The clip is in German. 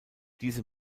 diese